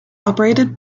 operated